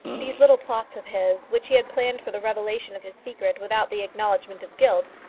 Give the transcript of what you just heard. these little plots of his, which he had planned for the revelation of his secret without the acknowledgment of guilt,